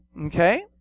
Okay